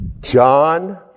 John